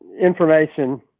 information